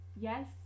Yes